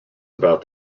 about